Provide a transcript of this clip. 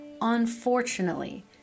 unfortunately